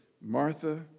Martha